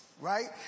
Right